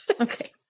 okay